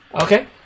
Okay